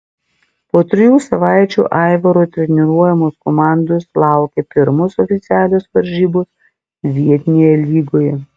po trijų savaičių aivaro treniruojamos komandos laukė pirmos oficialios varžybos vietinėje lygoje